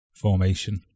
formation